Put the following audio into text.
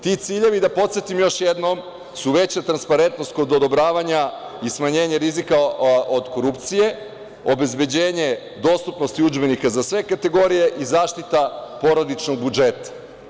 Ti ciljevi, da podsetim još jednom, su veća transparentnost kod odobravanja i smanjenje rizika od korupcije, obezbeđenje dostupnosti udžbenika za sve kategorije i zaštita porodičnog budžeta.